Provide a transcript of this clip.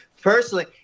Personally